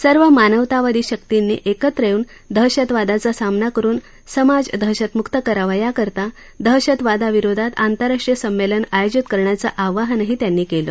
सर्व मानवतावादी शक्तींनी एकत्र होऊन दहशतवादाचा सामना करुन समाज दहशतमुक्त करावा याकरता दहशवादाविरोधात आंतरराष्ट्रीय संमेलन आयोजित करण्याचं आवाहनही त्यांनी केलं